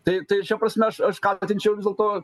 tai tai šia prasme aš aš kaltinčiau visdėl to